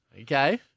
Okay